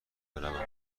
بروم